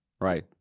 Right